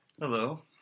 Hello